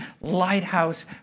lighthouse